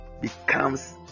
becomes